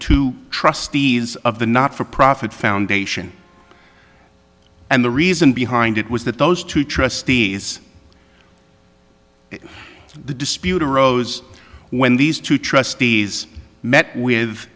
two trustees of the not for profit foundation and the reason behind it was that those two trustees the dispute arose when these two trustees met with